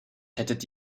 hättet